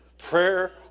prayer